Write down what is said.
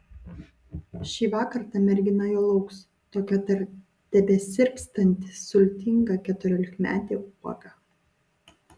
šįvakar ta mergina jo lauks tokia dar tebesirpstanti sultinga keturiolikmetė uoga